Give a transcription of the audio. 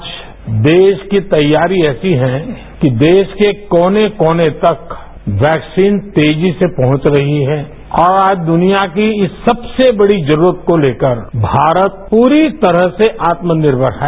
आज देश की तैयारी ऐसी है कि देश के कोने कोने तक वेक्सीन तेजी से पहुंच रही है और आज दुनिया की इस सबसे बड़ी जरूरत को लेकर भारत पूरी तरह से आत्मनिर्मर है